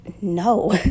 no